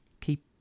keep